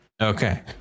Okay